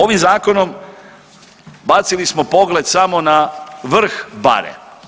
Ovim Zakonom bacili smo pogled samo na vrh bare.